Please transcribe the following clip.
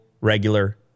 regular